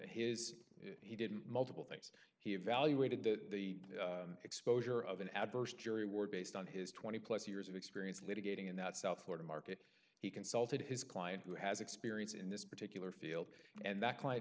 his he didn't multiple things he had valuated that the exposure of an adverse jury were based on his twenty plus years of experience litigating in that south florida market he consulted his client who has experience in this particular field and that client